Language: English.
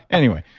anyway,